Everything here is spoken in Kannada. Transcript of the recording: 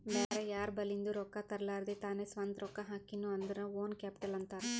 ಬ್ಯಾರೆ ಯಾರ್ ಬಲಿಂದ್ನು ರೊಕ್ಕಾ ತರ್ಲಾರ್ದೆ ತಾನೇ ಸ್ವಂತ ರೊಕ್ಕಾ ಹಾಕಿನು ಅಂದುರ್ ಓನ್ ಕ್ಯಾಪಿಟಲ್ ಅಂತಾರ್